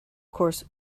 course